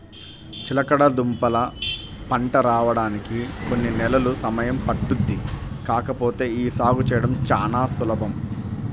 చిలకడదుంపల పంట రాడానికి కొన్ని నెలలు సమయం పట్టుద్ది కాకపోతే యీ సాగు చేయడం చానా సులభం